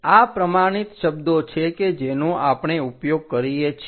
આ પ્રમાણિત શબ્દો છે કે જેનો આપણે ઉપયોગ કરીએ છીએ